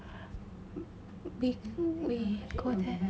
we go there